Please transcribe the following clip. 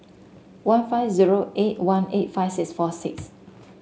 one five zero eight one eight five six four six